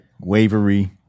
wavery